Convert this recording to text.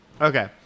okay